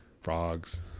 Frogs